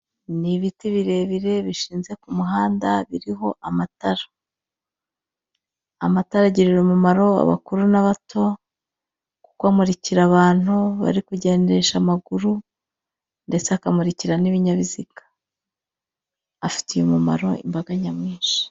Ni ibiti birebire bishinze ku muhanda birimo amatara. Amatara agirira umumaro abakuru, n'abato kuko amurikira abantu bari kugendesha amaguru ndetse akamurikira n'ibinyabiziga afitiye umumaro imbaga nyamwinshi.